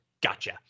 gotcha